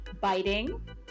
Biting